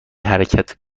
حرکت